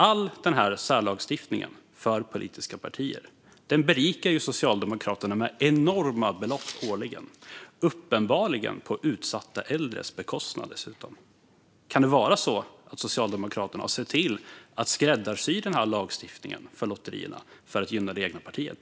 All denna särlagstiftning för politiska partier berikar Socialdemokraterna med enorma belopp årligen, uppenbarligen på utsatta äldres bekostnad dessutom. Kan det vara så att Socialdemokraterna har sett till att skräddarsy lagstiftningen för lotterierna för att gynna det egna partiet?